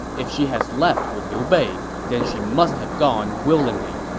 if she has left with liu bei, then she must have gone willingly.